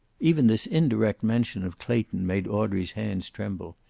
even this indirect mention of clayton made audrey's hands tremble.